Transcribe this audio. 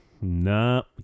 No